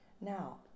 Now